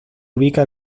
ubica